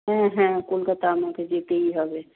হ্যাঁ হ্যাঁ কলকাতা আমাকে যেতেই হবে